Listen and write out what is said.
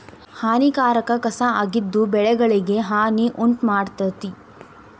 ಹಾನಿಕಾರಕ ಕಸಾ ಆಗಿದ್ದು ಬೆಳೆಗಳಿಗೆ ಹಾನಿ ಉಂಟಮಾಡ್ತತಿ